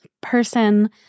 person